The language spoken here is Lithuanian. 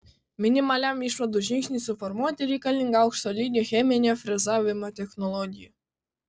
minimaliam išvadų žingsniui suformuoti reikalinga aukšto lygio cheminio frezavimo technologija